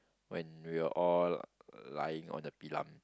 when we were all lying on the tilam